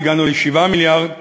הגענו ל-7 מיליארד.